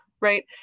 right